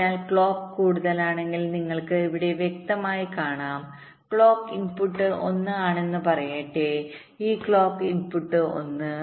അതിനാൽ ക്ലോക്ക് കൂടുതലാണെങ്കിൽ നിങ്ങൾക്ക് ഇവിടെ വ്യക്തമായി കാണാം ക്ലോക്ക് ഇൻപുട്ട് 1 ആണെന്ന് പറയട്ടെ ഈ ക്ലോക്ക് ഇൻപുട്ട് 1